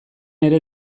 ere